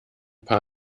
paar